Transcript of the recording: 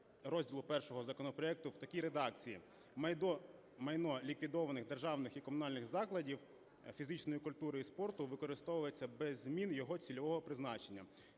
розділу І законопроекту в такій редакції: "Майно ліквідованих державних і комунальних закладів фізичної культури і спорту використовується без зміни його цільового призначення".